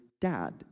dad